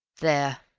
there,